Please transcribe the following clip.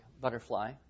butterfly